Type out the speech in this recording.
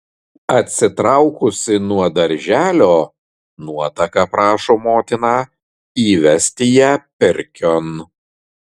atsitraukusi nuo darželio nuotaka prašo motiną įvesti ją pirkion